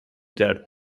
their